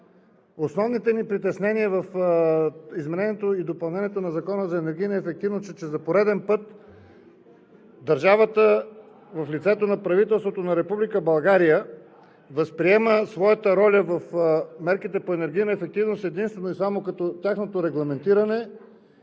Основните ни притеснения в изменението и допълнението на Закона за енергийна ефективност е, че за пореден път държавата в лицето на правителството на Република България възприема своята роля в мерките по енергийна ефективност единствено и само като тяхното регламентиране,